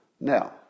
Now